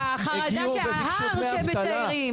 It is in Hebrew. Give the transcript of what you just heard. --- אתה יודע, זה ההר שהם מציירים.